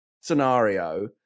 scenario